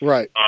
Right